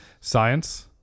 science